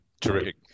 terrific